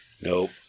Nope